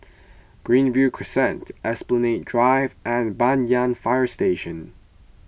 Greenview Crescent Esplanade Drive and Banyan Fire Station